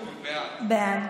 בעד,